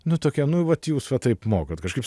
nu tokia nu vat jūs va taip mokat kažkaip savaime